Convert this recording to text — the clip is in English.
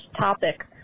topic